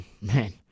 man